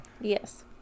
Yes